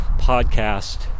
podcast